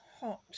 hot